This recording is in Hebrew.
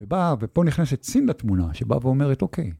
ובאה, ופה נכנסת סין לתמונה, שבאה ואומרת אוקיי.